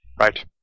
Right